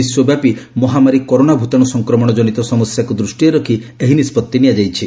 ବିଶ୍ୱବ୍ୟାପି ମହାମାରୀ କରୋନା ଭୂତାଣୁ ସଂକ୍ରମଣଜନିତ ସମସ୍ୟାକୁ ଦୂଷ୍ଟିରେ ରଖି ଏହି ନିଷ୍ପଭି ନିଆଯାଇଛି